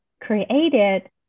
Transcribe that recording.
created